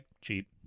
cheap